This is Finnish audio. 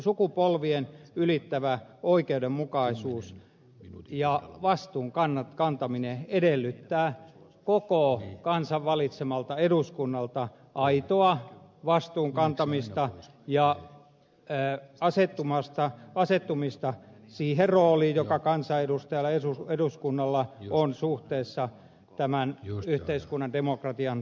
sukupolvien ylittävä oikeudenmukaisuus ja vastuun kantaminen edellyttävät koko kansan valitsemalta eduskunnalta aitoa vastuun kantamista ja asettumista siihen rooliin joka kansanedustajalla eduskunnassa on suhteessa tämän yhteiskunnan demokratian toteuttamiseen